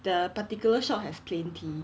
the particular shop has plain tee